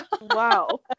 Wow